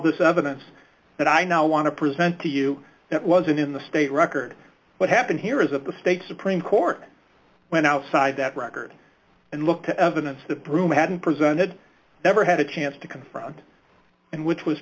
this evidence and i now want to present to you that was in the state record what happened here is that the state supreme court went outside that record and looked at evidence the broom hadn't presented ever had a chance to confront and which was